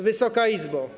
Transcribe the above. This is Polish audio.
Wysoka Izbo!